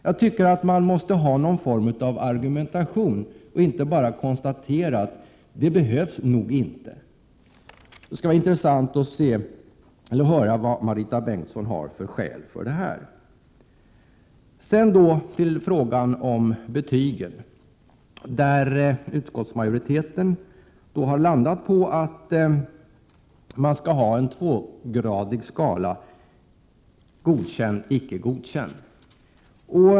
Jag tycker att man måste ha någon form av argumentation och inte bara konstatera att ”det behövs nog inte”. Det skulle vara intressant att höra vad Marita Bengtsson har för skäl för detta. Sedan till frågan om betygen, där utskottsmajoriteten har landat på att man skall ha en tvågradig skala: godkänd-icke godkänd.